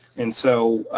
and so